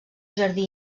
jardí